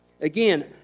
again